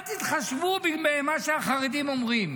אל תתחשבו במה שהחרדים אומרים,